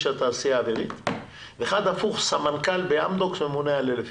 התעשייה האווירית והשני סמנכ"ל באמדוקס שממונה על כ-1,000 אנשים.